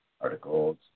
articles